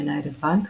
מנהלת בנק,